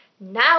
now